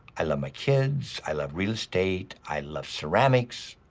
i love my kids, i love real estate, i love ceramics,